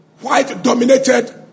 white-dominated